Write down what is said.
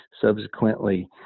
subsequently